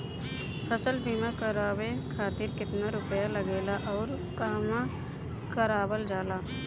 फसल बीमा करावे खातिर केतना रुपया लागेला अउर कहवा करावल जाला?